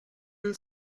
will